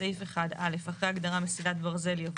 התשכ"ה-1965 בסעיף 1 - אחרי ההגדרה "מסילת ברזל" יבוא: